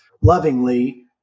lovingly